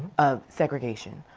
of segregation,